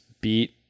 beat